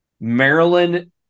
Maryland